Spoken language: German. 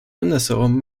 andersherum